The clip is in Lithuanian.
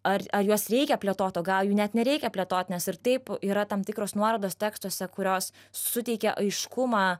ar ar juos reikia plėtot o gal jų net nereikia plėtot nes ir taip yra tam tikros nuorodos tekstuose kurios suteikia aiškumą